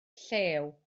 llew